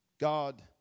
God